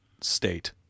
state